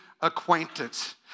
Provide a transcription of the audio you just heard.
acquaintance